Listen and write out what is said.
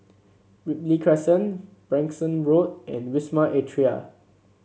Ripley Crescent Branksome Road and Wisma Atria